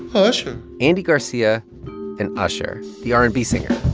usher andy garcia and usher, the r and b singer.